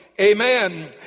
amen